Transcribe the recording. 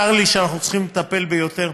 צר לי שאנחנו צריכים לטפל ביותר.